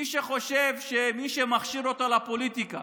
מי שחושב שמי שמכשיר אותו לפוליטיקה